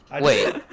Wait